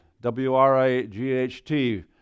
W-R-I-G-H-T